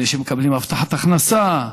אלה שמקבלים הבטחת הכנסה,